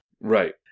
Right